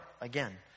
again